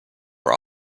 were